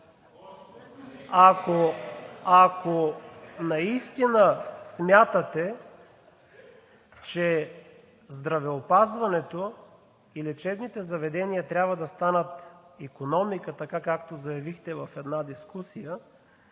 Ако наистина смятате, че здравеопазването и лечебните заведения трябва да станат икономика – така, както заявихте в една дискусия,